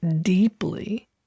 deeply